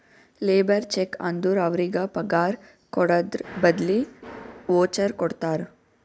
labour check ಅಂದುರ್ ಅವ್ರಿಗ ಪಗಾರ್ ಕೊಡದ್ರ್ ಬದ್ಲಿ ವೋಚರ್ ಕೊಡ್ತಾರ